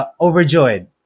overjoyed